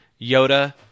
Yoda